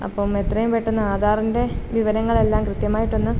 അപ്പം എത്രയും പെട്ടെന്ന് ആധാറിൻ്റെ വിവരങ്ങളെല്ലാം കൃത്യമായിട്ടൊന്ന്